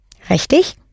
Richtig